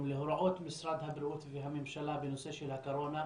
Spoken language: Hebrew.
להוראות משרד הבריאות והממשלה בנושא של הקורונה,